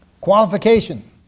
Qualification